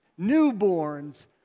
newborns